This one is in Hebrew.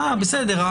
בסדר.